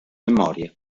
memoria